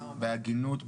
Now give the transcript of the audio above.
בהגינות,